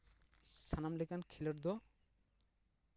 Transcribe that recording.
ᱥᱟᱱᱟᱢ ᱞᱮᱠᱟᱱ ᱠᱷᱮᱞᱳᱰ ᱫᱚ